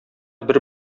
бер